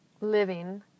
Living